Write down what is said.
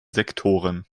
sektoren